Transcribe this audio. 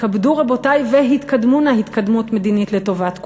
יתכבדו רבותי והתקדמו נא התקדמות מדינית לטובת כולנו.